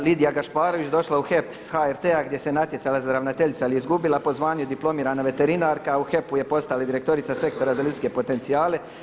Lidija Gašparović, došla je u HEP sa HRT-a gdje se natjecala za ravnateljicu ali je izgubila, po zvanju diplomirana veterinarka, u HEP-u je postala i direktorica Sektora za ljudske potencijale.